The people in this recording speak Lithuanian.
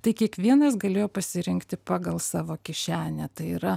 tai kiekvienas galėjo pasirinkti pagal savo kišenę tai yra